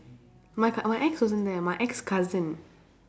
my cou~ my ex wasn't there my ex cousin